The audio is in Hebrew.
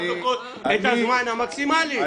את הזמן המקסימלי.